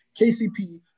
KCP